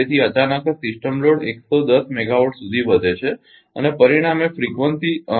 તેથી અચાનક જ સિસ્ટમ લોડ 110 મેગાવોટ સુધી વધે છે અને પરિણામે ફ્રિકવન્સી 49